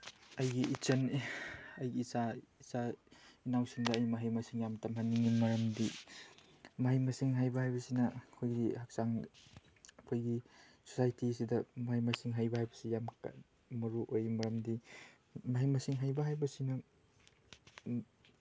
ꯑꯩꯒꯤ ꯏꯆꯟ ꯑꯩꯒꯤ ꯏꯆꯥ ꯏꯆꯥ ꯏꯅꯥꯎꯁꯤꯡꯗ ꯑꯩ ꯃꯍꯩ ꯃꯁꯤꯡ ꯌꯥꯝ ꯇꯝꯍꯟꯅꯤꯡꯏ ꯃꯔꯝꯗꯤ ꯃꯍꯩ ꯃꯁꯤꯡ ꯍꯩꯕ ꯍꯥꯏꯕꯁꯤꯅ ꯑꯩꯈꯣꯏꯒꯤ ꯑꯩꯈꯣꯏꯒꯤ ꯁꯣꯁꯥꯏꯇꯤ ꯑꯁꯤꯗ ꯃꯍꯩ ꯃꯁꯤꯡ ꯍꯩꯕ ꯍꯥꯏꯕꯁꯤ ꯌꯥꯝ ꯃꯔꯨ ꯑꯣꯏ ꯃꯔꯝꯗꯤ ꯃꯍꯩ ꯃꯁꯤꯡ ꯍꯩꯕ ꯍꯥꯏꯕꯁꯤꯅ